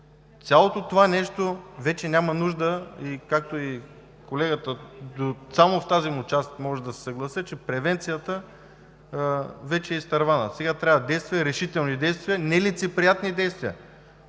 цялото това нещо вече няма нужда, и както каза колегата – само в тази му част мога да се съглася – че превенцията вече е изтървана. Сега трябват действия, решителни действия, нелицеприятни действия.